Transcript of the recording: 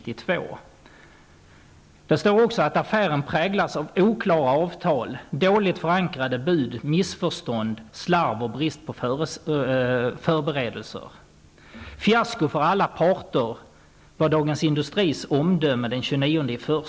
Där kan man också läsa att affären präglas av oklara avtal, dåligt förankrade bud, missförstånd, slarv och brist på förberedelser. ''Fiasko för alla parter'' är det omdöme som ges i Dagens Industri den 29 januari.